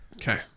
Okay